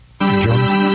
John